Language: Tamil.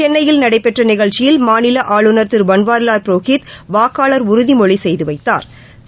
சென்னையில் நடைபெற்றநிகழ்ச்சியில் மாநிலஆளுநர் திருபன்வாரிலால் புரோஹித் வாக்காளர் உறுதிமொழிசெய்துவைத்தாா்